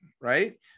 Right